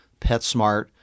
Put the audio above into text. PetSmart